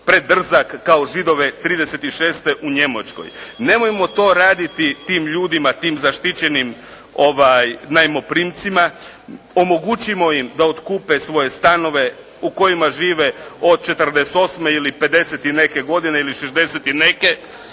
predrzak kao Židove '36. u Njemačkoj, nemojmo to raditi tim ljudima, tim zaštićenim najmoprimcima, omogućimo im da otkupe svoje stanove u kojma žive od '48. ili pedeset i neke godine ili šezdeset